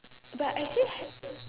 but actually h~